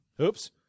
Oops